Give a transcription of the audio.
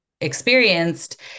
experienced